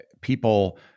People